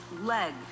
leg